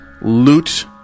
loot